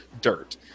dirt